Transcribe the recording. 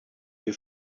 your